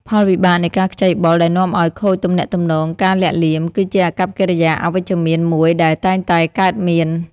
ផលវិបាកនៃការខ្ចីបុលដែលនាំឲ្យខូចទំនាក់ទំនង ការលាក់លៀម គឺជាអាកប្បកិរិយាអវិជ្ជមានមួយដែលតែងតែកើតមាន។